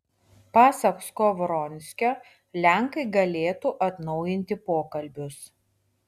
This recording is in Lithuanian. pasak skovronskio lenkai galėtų atnaujinti pokalbius